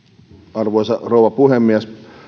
arvoisa rouva puhemies